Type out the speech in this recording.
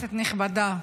כנסת נכבדה,